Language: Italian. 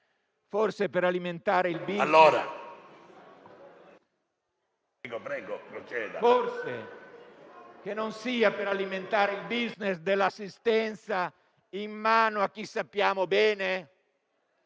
forse per alimentare il *business* dell'assistenza in mano a chi sappiamo bene?